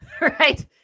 right